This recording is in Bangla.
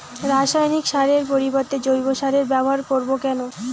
রাসায়নিক সারের পরিবর্তে জৈব সারের ব্যবহার করব কেন?